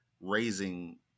raising